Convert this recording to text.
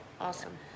awesome